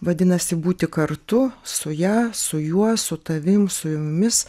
vadinasi būti kartu su ja su juo su tavim su jumis